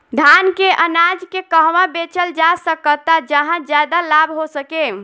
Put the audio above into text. धान के अनाज के कहवा बेचल जा सकता जहाँ ज्यादा लाभ हो सके?